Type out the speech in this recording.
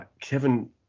Kevin